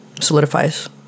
solidifies